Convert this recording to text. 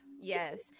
yes